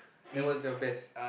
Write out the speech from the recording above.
then what's your best